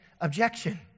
Objection